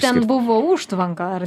ten buvo užtvanka ar